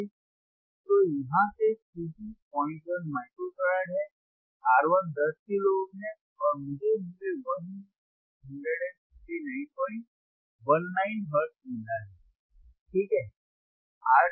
तो यहाँ से C2 01 माइक्रोफ़ारड है R1 10 किलो ओम है और मुझे मूल्य 15919 हर्त्ज़ मिला है ठीक है